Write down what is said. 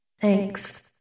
Thanks